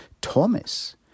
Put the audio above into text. Thomas